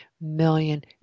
million